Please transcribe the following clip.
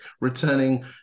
Returning